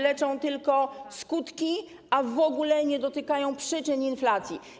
Leczy tylko skutki, w ogóle nie dotykając przyczyn inflacji.